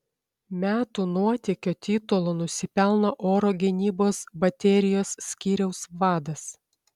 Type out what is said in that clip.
metų nuotykio titulo nusipelno oro gynybos baterijos skyriaus vadas